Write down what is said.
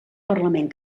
parlament